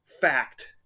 fact